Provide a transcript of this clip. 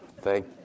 Thank